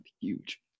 Huge